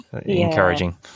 encouraging